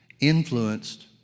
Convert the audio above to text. influenced